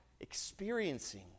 experiencing